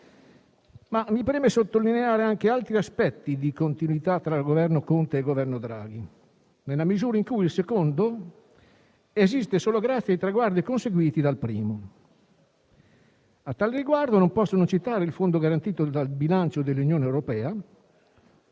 Mi preme sottolineare anche altri aspetti di continuità tra Governo Conte e Governo Draghi, nella misura in cui il secondo esiste solo grazie ai traguardi conseguiti dal primo. A tal riguardo, non posso non citare il fondo garantito dal bilancio dell'Unione europea.